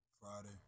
Friday